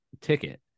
ticket